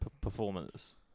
performance